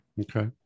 Okay